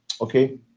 Okay